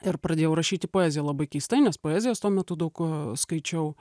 ir pradėjau rašyti poeziją labai keistai nes poezijos tuo metu daug skaičiau